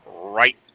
right